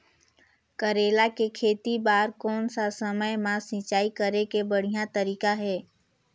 करेला के खेती बार कोन सा समय मां सिंचाई करे के बढ़िया तारीक हे?